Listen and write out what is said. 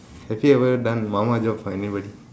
have you ever done job for anybody